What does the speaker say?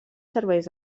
serveis